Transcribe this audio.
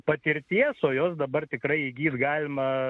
patirties o jos dabar tikrai įgyti galima